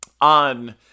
on